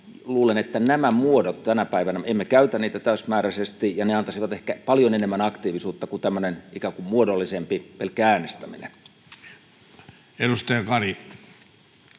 Luulen, että näitä muotoja tänä päivänä emme käytä täysimääräisesti, ja ne antaisivat ehkä paljon enemmän aktiivisuutta kuin tämmöinen ikään kuin muodollisempi pelkkä äänestäminen. [Speech 14]